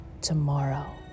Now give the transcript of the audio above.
tomorrow